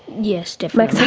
yes definitely,